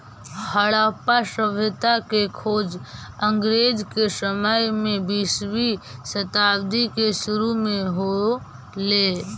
हड़प्पा सभ्यता के खोज अंग्रेज के समय में बीसवीं शताब्दी के सुरु में हो ले